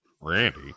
Randy